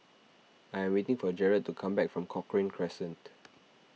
I am waiting for Jered to come back from Cochrane Crescent